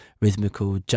Rhythmical